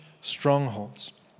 strongholds